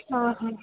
आा हा